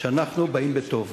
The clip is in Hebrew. שאנחנו באים בטוב